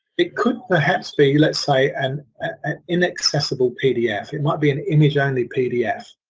it could perhaps be lets say an inaccessible pdf. it might be an image only pdf.